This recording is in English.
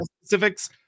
specifics